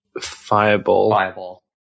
fireball